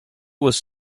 was